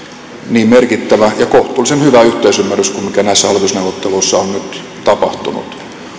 niin merkittävä ja kohtuullisen hyvä yhteisymmärrys kuin mikä näissä hallitusneuvotteluissa on nyt tapahtunut